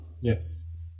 Yes